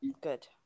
Good